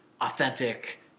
Authentic